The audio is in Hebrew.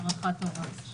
להארכת הוראת השעה.